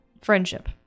friendship